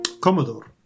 Commodore